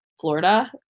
Florida